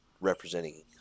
representing